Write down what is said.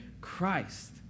Christ